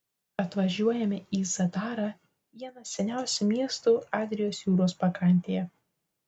atvažiuojame į zadarą vieną seniausių miestų adrijos jūros pakrantėje